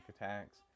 attacks